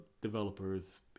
developers